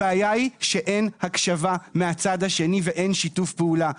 הבעיה היא שאין הקשבה מהצד השני ואין שיתוף פעולה.